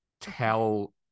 tell